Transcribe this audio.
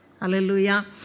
Hallelujah